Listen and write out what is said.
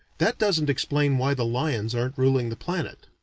that doesn't explain why the lions aren't ruling the planet.